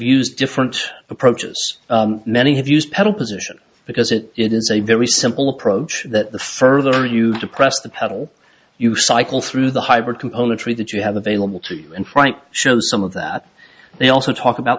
used different approaches many have used pedal position because it it is a very simple approach that the further you depress the pedal you cycle through the hybrid componentry that you have available to you and frank shows some of that they also talk about